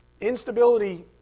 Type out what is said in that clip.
Instability